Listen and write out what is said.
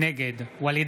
נגד ואליד